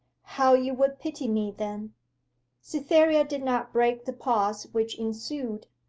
how you would pity me then cytherea did not break the pause which ensued,